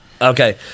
Okay